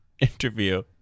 interview